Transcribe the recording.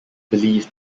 believed